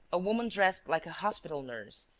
a woman dressed like a hospital nurse,